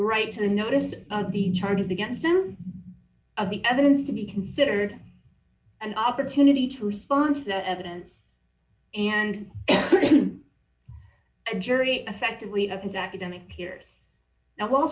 right to notice the charges against him of the evidence to be considered an opportunity to respond to the evidence and a jury effectively of his academic peers now